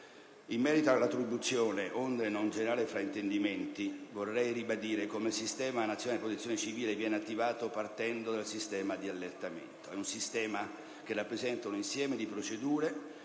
In merito all'attribuzione, onde non generare fraintendimenti, vorrei ribadire come il sistema nazionale di Protezione civile viene attivato partendo dal sistema di allertamento. È un sistema che rappresenta un insieme di procedure,